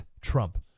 Trump